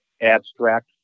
abstract